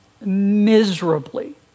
miserably